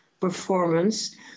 performance